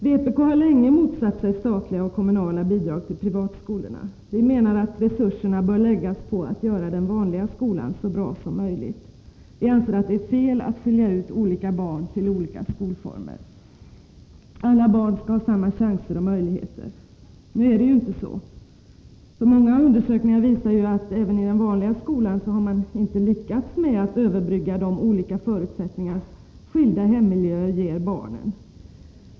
Vpk har länge motsatt sig statliga och kommunala bidrag till de privata skolorna. Vi menar att resurserna bör läggas på att göra den vanliga skolan så bra som möjligt. Vi anser att det är fel att skilja ut barn till olika skolformer. Alla barn skall ha samma chanser och möjligheter. Nu är det inte så. Många undersökningar visar att man inte ens i den vanliga skolan har lyckats med att överbrygga de olika förutsättningar som skilda hemmiljöer ger barnen.